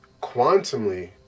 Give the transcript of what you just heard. quantumly